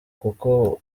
kuko